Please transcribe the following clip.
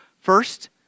First